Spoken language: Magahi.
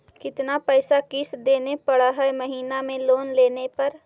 कितना पैसा किस्त देने पड़ है महीना में लोन लेने पर?